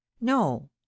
no